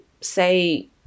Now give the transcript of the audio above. say